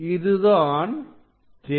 இதுதான் திரை